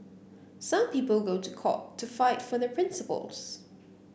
some people go to court to fight for their principles